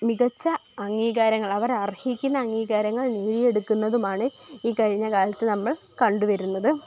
മികച്ച അംഗീകാരങ്ങൾ അവർ അർഹിക്കുന്ന അംഗീകാരങ്ങൾ നേടിയെടുക്കുന്നതുമാണ് ഈ കഴിഞ്ഞ കാലത്ത് നമ്മൾ കണ്ടുവരുന്നത്